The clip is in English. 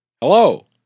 Hello